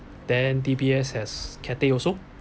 then D_B_S has Cathay also